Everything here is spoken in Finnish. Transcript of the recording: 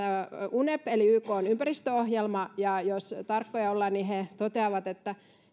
unep eli ykn ympäristöohjelma ja jos tarkkoja ollaan niin he toteavat että